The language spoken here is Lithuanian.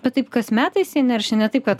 bet taip kas metais jie neršia ne taip kad